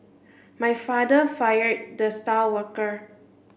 my father fired the star worker